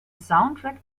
soundtrack